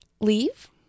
Leave